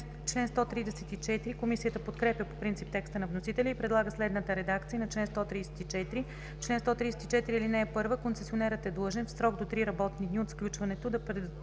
Комисията подкрепя по принцип текста на вносителя и предлага следната редакция на чл. 134: „Чл. 134. (1) Концесионерът е длъжен в срок до три работни дни от сключването да предостави